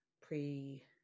pre